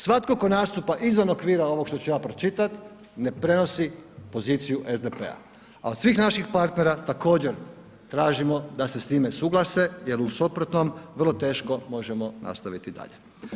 Svatko tko nastupa izvan okvira ovog što ću ja pročitat ne prenosi poziciju SDP-a, a od svih naših partnera također tražimo da se s time suglase jel u suprotnom vrlo teško možemo nastaviti dalje.